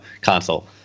console